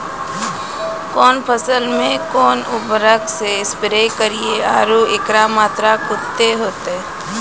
कौन फसल मे कोन उर्वरक से स्प्रे करिये आरु एकरो मात्रा कत्ते होते?